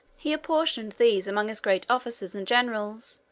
he apportioned these among his great officers and generals,